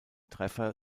treffer